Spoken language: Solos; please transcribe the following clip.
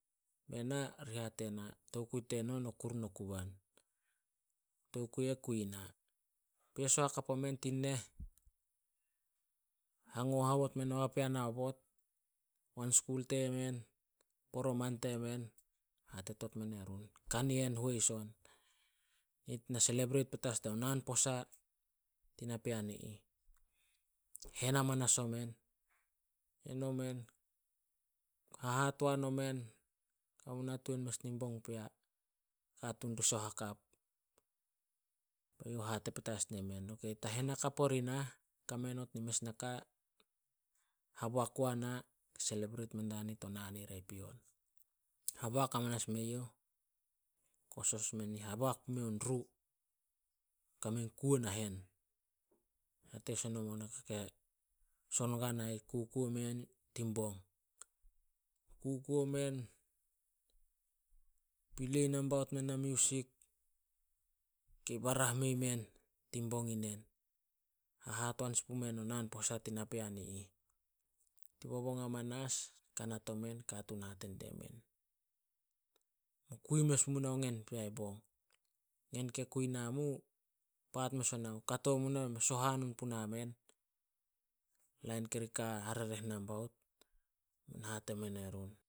﻿Be na ri hate na, tokui teno no kuru no kuban. Tokui eh kui na, peso hekap omen tin neh, hango haobot men o papean aobot, wan skul temen, poroman temen. Hatetot me run, kanihen hois on. Nit na selebreit petas dao naan posa tin napean i ih. Hen amanas o men, hen o men. Hahatoan o men, nao mu nah, tuan mes in bong pea. Katuun ri sooh hakap, be you hate petas ne men, "Ok, ta hen hakap ori nah, kame not nin mes naka haboak guana selebreit mendia nit o naan ire pion." Haboak amanas me youh, kosos men, haboak pumiouh in ru, kame na kuo, nate sin nomo naka ke son guana ih. Kukuo men tin bong, kukuo men, pilei nambaot men na music kei barah mei men tin bong inen, hahatoan sin pumen o naan posa tin napean i ih. Tin bobong amanas, kanat omen katuun hate die men, "Mu kui mes munao ngen pea bong. Ngen ke kui namu paat mes onah, mu kato munah bei mei soh hanoon puna men lain kari ka ai harereh nambaut." Hate men erun.